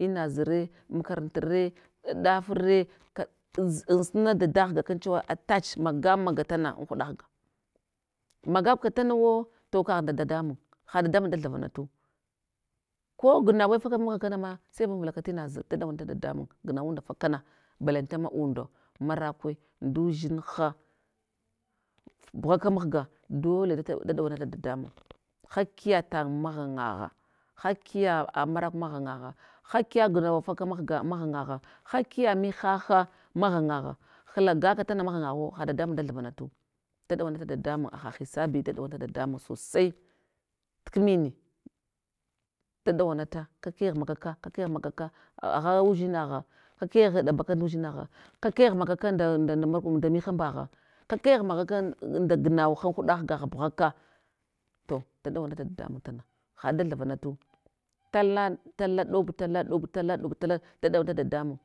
Inazre, makarantare, ei ɗafre, ka ins insuna dada ghga akan chewa attach magamaga tana an huɗa ghga, magbka tanawo, to kagh nda dadamun, haɗ dadamun da thava natu, ko gnawe faka mahga kana ma sai vanvulaka tinaza, da ɗawa nata dadamun gnhuwanda fakana, balante ma unda, marakwe udzinha, bughaka mahga, dole data da dawanata dadamun, hakiyatan maghan'nagha, hakiya marakwa maghangagha, hakiya gnava faka mahga maghangagha, hakiya mihaha maghangagha hlagakatana maghangaghuwo, ha dadamun da thavanatu, da ɗauwanata dadamun sosai tkmin da ɗawanata kakegh magaka ka kegh magaka agha udzinagha kakegh ɗa baka ndudzinagha kakegh daba ka ndudzinagha kakegh da da mar nda nuhambagha, kakegh magaka nda gnawuha an huɗa ghga bughaka. To daɗawanta dadamun tana hada thavanate, lata tala, lalaɗob, lataɗob, talaɗob da dawanata dadamun,